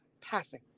Passing